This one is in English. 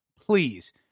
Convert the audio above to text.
please